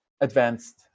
advanced